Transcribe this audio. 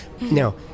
Now